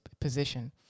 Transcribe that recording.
position